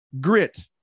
grit